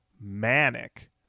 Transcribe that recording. manic